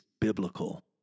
biblical